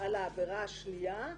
העבירה השנייה,